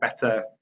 better